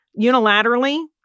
unilaterally